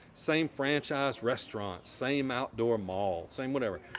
same franchise restaurants, same outdoor mall, same whatever.